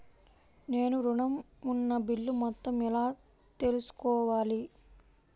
నేను ఋణం ఉన్న బిల్లు మొత్తం ఎలా తెలుసుకోవాలి?